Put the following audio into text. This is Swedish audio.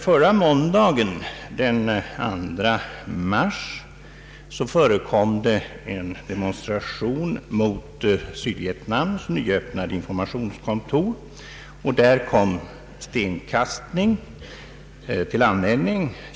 Förra måndagen, den 2 mars, förekom en demonstration mot Sydvietnams nyöppnade informationskontor, och där kom stenkastning till användning.